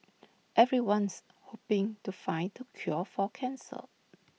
everyone's hoping to find the cure for cancer